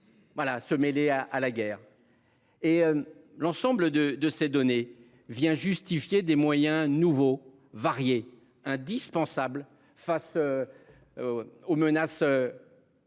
Voilà se mêler à à la guerre. Et l'ensemble de de ces données vient justifier des moyens nouveaux. Indispensable face. Aux menaces.